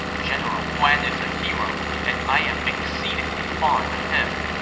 general guan is a hero, and i am exceedingly fond of him.